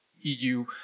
EU